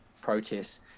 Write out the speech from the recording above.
protests